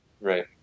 Right